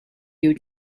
your